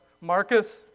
Marcus